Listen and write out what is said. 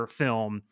film